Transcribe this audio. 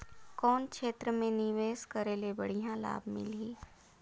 कौन क्षेत्र मे निवेश करे ले बढ़िया लाभ मिलही?